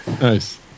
Nice